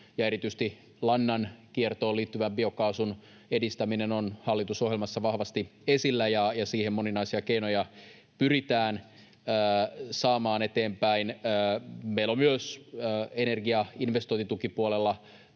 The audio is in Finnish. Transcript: erityisesti lannan kiertoon liittyvän biokaasun edistäminen on hallitusohjelmassa vahvasti esillä ja siihen moninaisia keinoja pyritään saamaan eteenpäin. Meillä on myös energiainvestointitukipuolella